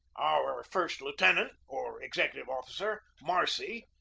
our first lieu tenant, or executive officer, marcy,